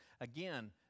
Again